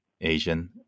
Asian